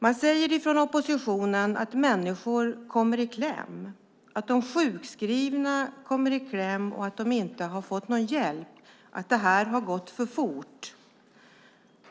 Man säger från oppositionen att människor kommer i kläm, att de sjukskrivna kommer i kläm, att de inte har fått någon hjälp, att det här har gått för fort.